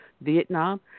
Vietnam